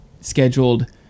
scheduled